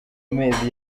mezi